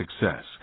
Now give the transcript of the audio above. success